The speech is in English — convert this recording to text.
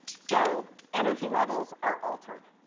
so energy levels are altered.